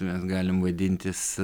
mes galim vadintis